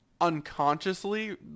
unconsciously